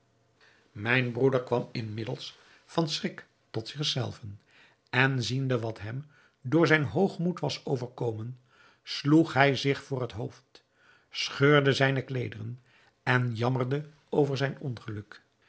mijn broeder kwam inmiddels van schrik tot zich zelven en ziende wat hem door zijn hoogmoed was overkomen sloeg hij zich voor het hoofd scheurde zijne kleederen en jammerde over zijn ongeluk